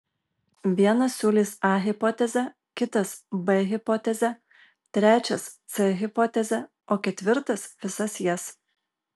vienas siūlys a hipotezę kitas b hipotezę trečias c hipotezę o ketvirtas visas jas